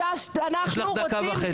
יש לך דקה וחצי.